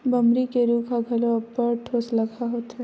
बमरी के रूख ह घलो अब्बड़ ठोसलगहा होथे